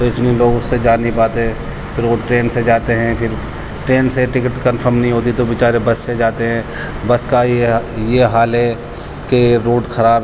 تو اس لیے لوگ اس سے جا نہیں پاتے پھر وہ ٹرین سے جاتے ہیں پھر ٹرین سے ٹکٹ کنفم نہیں ہوتی تو بےچارے بس سے جاتے ہیں بس کا یہ یہ حال ہے کہ روڈ خراب ہیں